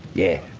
yeah, i